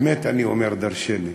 באמת אומרת דורשני.